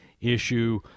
issue